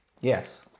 Yes